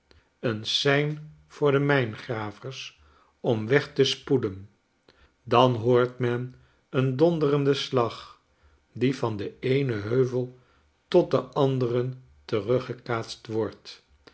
een sein voor de mijngravers om weg te spoeden dan hoort men een donderenden slag die van den eenen heuvel tot den anderen teruggekaatst wordt